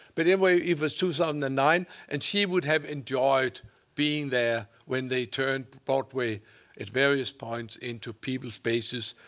but anyway, it was two thousand so and nine, and she would have enjoyed being there when they turned broadway at various points into people spaces.